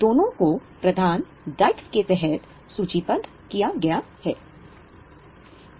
दोनों को प्रधान दायित्व के तहत सूचीबद्ध किया गया है